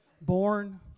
born